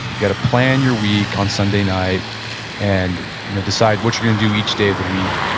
yeah to plan your week on sunday night and you know decide what you're going to do each day of the week.